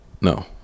no